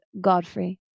Godfrey